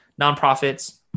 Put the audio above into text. Nonprofits